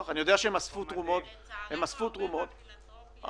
מתכבד לפתוח את ישיבת ועדת הכספים.